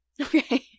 Okay